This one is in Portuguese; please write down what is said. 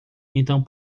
então